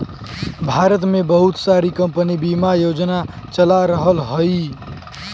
भारत में बहुत सारी कम्पनी बिमा योजना चला रहल हयी